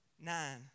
nine